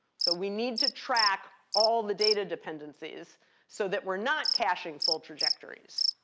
so we need to track all the data dependencies so that we're not caching full trajectories.